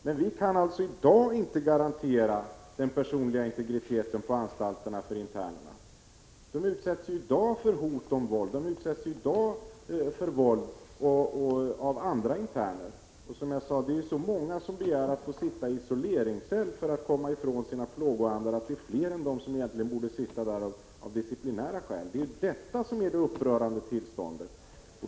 Men vi kan i dag inte garantera den personliga integriteten för internerna på anstalterna. De utsätts redan i dag för våld och hot om våld av andra interner. Som jag sade: Det är så många som begär att få sitta i isoleringscell för att komma ifrån sina plågoandar att det är fler i isoleringscell än de som egentligen borde sitta där av disciplinära skäl. Det är detta som är det upprörande tillståndet!